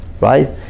right